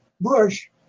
Bush